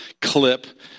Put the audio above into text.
clip